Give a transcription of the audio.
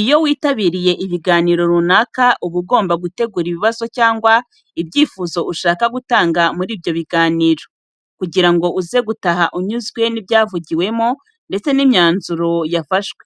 Iyo witabiriye ibiganiro runaka uba ugomba gutegura ibibazo cyangwa ibyifuzo ushaka gutanga muri ibyo biganiro, kugira ngo uze gutaha unyuzwe n'ibyavugiwemo ndetse n'imyanzuro yafashwe.